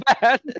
bad